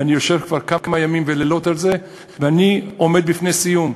ואני יושב כבר כמה ימים ולילות על זה ואני עומד בפני סיום.